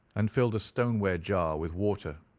and filled a stoneware jar with water,